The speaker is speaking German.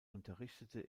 unterrichtete